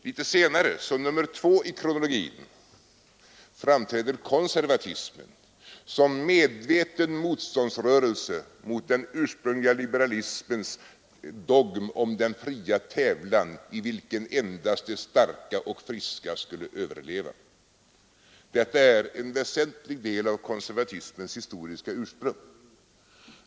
Litet senare, som nummer två i kronologin, framträder konservatismen som en medveten motståndsrörelse mot den ursprungliga liberalismens dogm om den fria tävlan i vilken endast de starka och friska skulle överleva. Detta är en väsentlig del av konservatismens historiska ursprung.